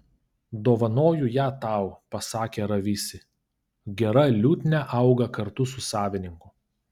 dovanoju ją tau pasakė ravisi gera liutnia auga kartu su savininku